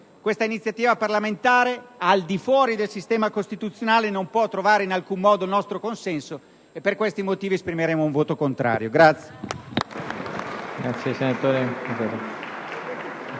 Questa iniziativa parlamentare, al di fuori del sistema costituzionale, non può trovare in alcun modo il nostro consenso; per questi motivi esprimeremo un voto contrario.